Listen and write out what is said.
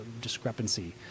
discrepancy